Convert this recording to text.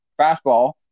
fastball